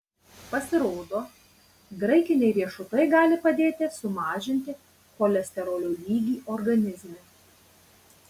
pasirodo graikiniai riešutai gali padėti sumažinti cholesterolio lygį organizme